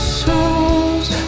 souls